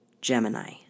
Gemini